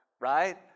right